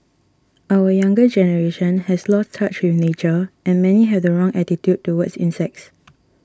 our younger generation has lost touch with nature and many have the wrong attitude towards insects